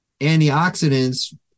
antioxidants